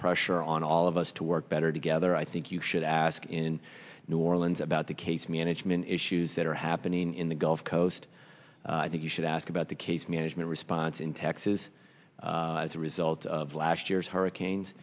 pressure on all of us to work better together i think you should ask in new orleans about the case management issues that are happening in the gulf coast i think you should ask about the case management response in texas as a result of last year's hurricanes